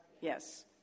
Yes